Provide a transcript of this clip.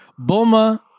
Bulma